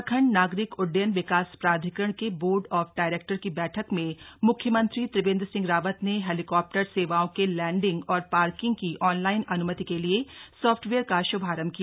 उतराखण्ड नागरिक उड्डयन विकास प्राधिकरण के बोर्ड ऑफ डायरेक्टर की बैठक में मुख्यमंत्री त्रिवेन्द्र ने हैलीकाप्टर सेवाओं के लैंडिंग और पार्किंग की ऑनलाईन अन्मति के लिए सॉफ्टवेयर का श्भारम्भ किया